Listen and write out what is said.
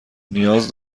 نیاز